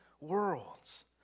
worlds